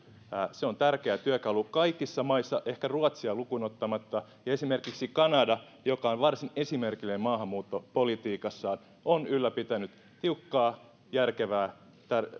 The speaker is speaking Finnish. se on tärkeä työkalu kaikissa maissa ehkä ruotsia lukuun ottamatta ja esimerkiksi kanada joka on varsin esimerkillinen maahanmuuttopolitiikassaan on ylläpitänyt tiukkaa järkevää